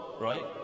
right